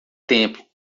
tempo